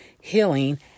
healing